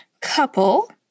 couple